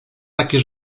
takie